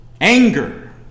anger